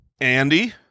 Andy